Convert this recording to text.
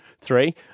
three